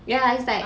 ya he's like